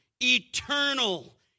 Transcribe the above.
eternal